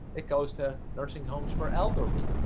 it goes to nursing homes for elderly